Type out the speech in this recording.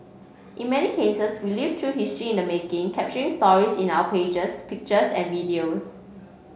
in many cases we live through history in the making capturing stories in our pages pictures and videos